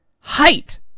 height